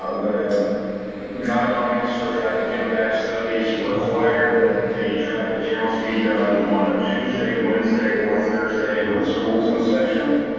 the guidelines for traffic impact studies require that the traffic counts be done on a tuesday, wednesday or thursday when school's in session.